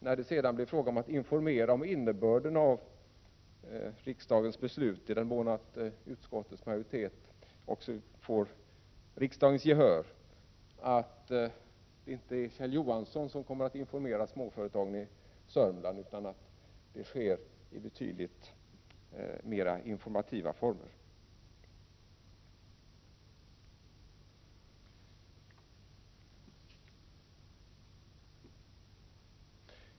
När det sedan blir fråga om att informera om innebörden i riksdagens beslut, i den mån utskottsmajoriteten får riksdagens gehör, hoppas jag att det inte är Kjell Johansson som skall upplysa småföretagen i Sörmland utan att det sker i betydligt mera informativa former.